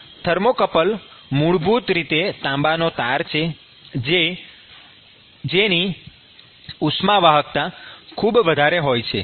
thermocouple મૂળભૂત રીતે તાંબાનો તાર છે જેની વાહકતા ખૂબ વધારે હોય છે